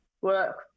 work